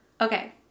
Okay